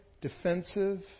Defensive